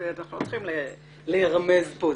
אנחנו לא צריכים להירמז פה.